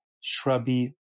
shrubby